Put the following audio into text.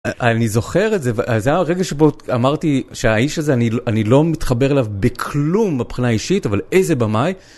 אני זוכר את זה, זה היה הרגע שבו אמרתי שהאיש הזה, אני לא מתחבר אליו בכלום מבחינה אישית, אבל איזה במאי.